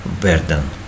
burden